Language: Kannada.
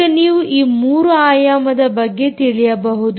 ಈಗ ನೀವು ಈ 3 ಆಯಮದ ಬಗ್ಗೆ ತಿಳಿಯಬಹುದು